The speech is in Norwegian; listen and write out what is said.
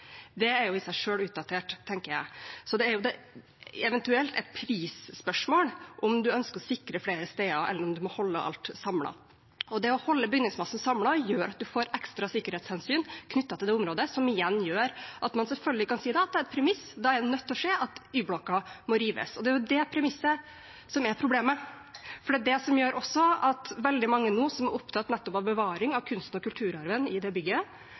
er jo i seg selv utdatert, tenker jeg. Så det er eventuelt et prisspørsmål om en ønsker å sikre flere steder, eller om en må holde alt samlet. Det å holde bygningsmassen samlet gjør at en får ekstra sikkerhetshensyn knyttet til det området, som igjen gjør at man selvfølgelig kan si at det er et premiss, det er nødt til å skje at Y-blokka må rives. Det er jo det premisset som er problemet, for det er det som også gjør at veldig mange nå som er opptatt nettopp av bevaring av kunsten og kulturarven i det